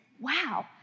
wow